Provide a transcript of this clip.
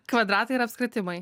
kvadratai ar apskritimai